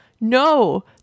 No